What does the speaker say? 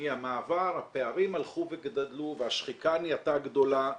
מהמעבר הפערים הלכו וגדלו והשחיקה נהייתה גדולה.